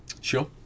Sure